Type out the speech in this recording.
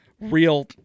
real